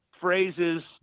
phrases